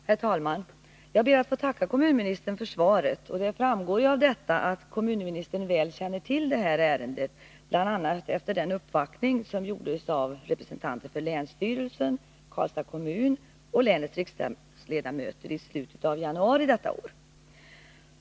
Herr talman! Jag ber att få tacka kommunministern för svaret. Det framgår av svaret att kommunministern väl känner till detta ärende, bl.a. efter den uppvaktning som gjordes av representanter för länsstyrelsen, Karlstads kommun och länets riksdagsledamöter i slutet av januari detta år.